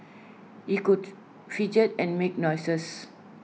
he could fidget and make noises